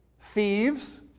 thieves